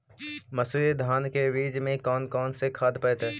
मंसूरी धान के बीज में कौन कौन से खाद पड़तै?